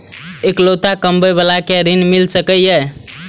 इकलोता कमाबे बाला के ऋण मिल सके ये?